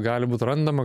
gali būti randama